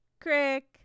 crick